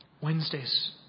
Wednesday's